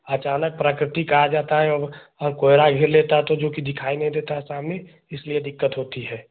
अचानक प्रकृतिक आ जाता है और और कोहरा घेर लेता है तो जो कि दिखाई नहीं देता है सामने इसीलिये दिक्कत होती है